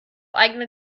eigene